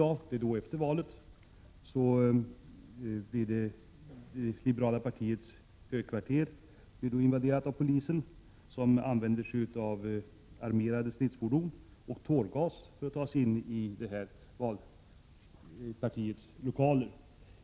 Dagen efter valet blir det liberala partiets högkvarter invaderat av polisen, som använder sig av armerade stridsfordon och tårgas för att ta sig in i partiets lokaler.